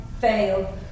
fail